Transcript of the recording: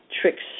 tricks